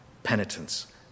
penitence